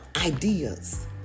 ideas